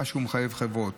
מה שהוא מחייב בו חברות,